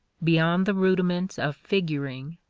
beyond the rudiments of figuring,